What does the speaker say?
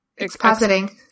expositing